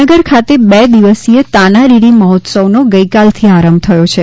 વડનગર ખાતે બે દિવસીય તાના રીરી મહોત્સવનો ગઈકાલથી આરંભ થયો છે